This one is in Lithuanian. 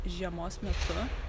žiemos metu